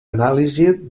anàlisi